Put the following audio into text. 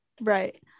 Right